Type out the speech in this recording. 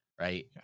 right